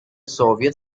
soviet